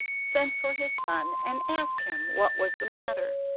sent for his son and asked him what was the matter.